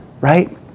right